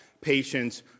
patients